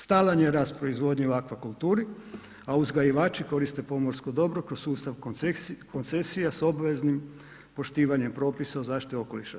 Stalan je rast proizvodnje u akvakulturi, a uzgajivači koriste pomorsko dobro kroz sustav koncesija s obveznim poštivanjem propisa o zaštiti okoliša.